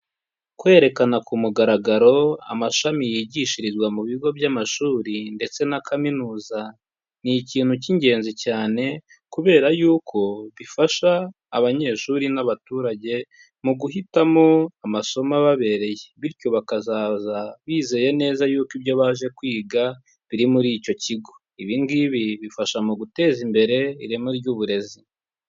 Kwerekana ku mugaragaro amashami yigishirizwa mu bigo by'amashuri, ndetse na kaminuza. Ni ikintu cy'ingenzi cyane, kubera yuko bifasha abanyeshuri n'abaturage, mu guhitamo amasomo ababereye. Bityo bakazaza bizeye neza yuko ibyo baje kwiga biri muri icyo kigo. Ibi ngibi bifasha mu guteza imbere ireme ry'uburezi.